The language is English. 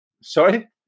Sorry